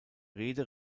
rede